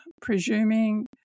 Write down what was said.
presuming